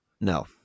No